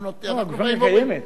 הגושפנקה כבר קיימת.